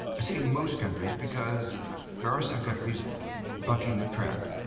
i say most countries because there are some countries bucking the trend